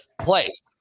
place